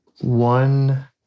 one